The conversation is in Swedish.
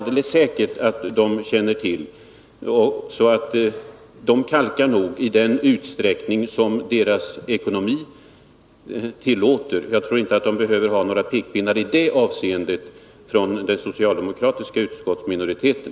De kalkar nog i den utsträckning som deras ekonomi tillåter. Jag tror inte de behöver några pekpinnar i det avseendet från den socialdemokratiska utskottsminoriteten.